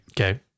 Okay